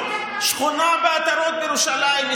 שכונה בעטרות בירושלים,